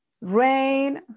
rain